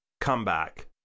comeback